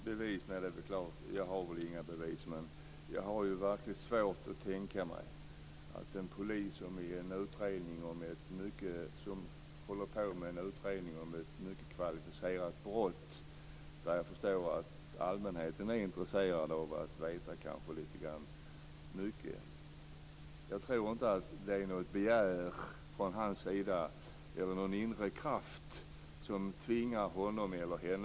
Fru talman! Nej, det är klart att jag inte har några bevis, men jag har verkligen svårt att tänka mig att en polis som håller på med en utredning om ett mycket kvalificerat brott, där allmänheten är intresserad av att veta en del, har ett begär att läcka uppgifterna till medierna, vilket han eller hon vet kan försvåra eller försämra utredningen.